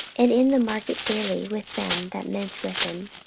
and in the market daily with them that met with him.